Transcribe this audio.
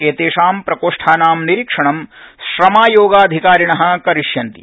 एतेषां प्रकोष्ठानां निरीक्षणं श्रमायोगाधिकारिण करिष्यन्ति